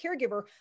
caregiver